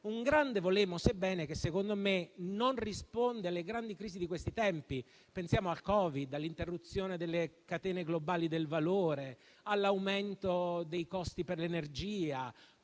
un grande "volemose bene" che secondo me non risponde alle grandi crisi di questi tempi. Pensiamo al Covid, all'interruzione delle catene globali del valore o all'aumento dei costi dell'energia,